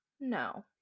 No